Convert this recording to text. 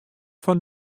fan